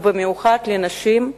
ובמיוחד לנשים,